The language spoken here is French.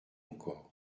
encore